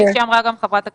כפי שאמרה גם ח"כ זנדברג.